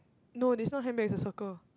no this not handbag it's a circle